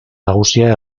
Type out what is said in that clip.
nagusia